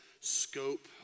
scope